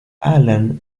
alan